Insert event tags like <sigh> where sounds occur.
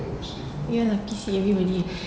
ya P_C everybody <breath>